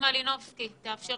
תודה